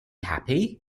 happy